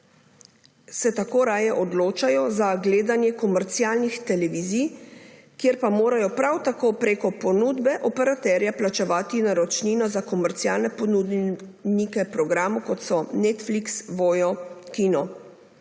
se tako raje odločajo za gledanje komercialnih televizij, kjer pa morajo prav tako preko ponudbe operaterja plačevati naročnino za komercialne ponudnike programov, kot so Netflix, Voyo, Kino,